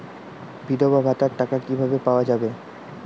বিধবা ভাতার টাকা কিভাবে পাওয়া যাবে?